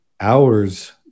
hours